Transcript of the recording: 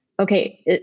okay